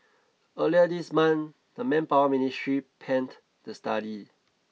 earlier this month the Manpower Ministry panned the study